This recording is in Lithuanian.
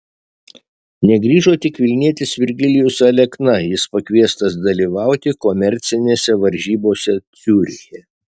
negrįžo tik vilnietis virgilijus alekna jis pakviestas dalyvauti komercinėse varžybose ciuriche